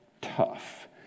tough